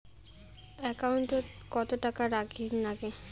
একাউন্টত কত টাকা রাখীর নাগে?